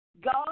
God